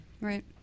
Right